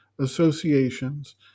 associations